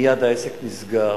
מייד העסק נסגר.